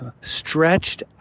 stretched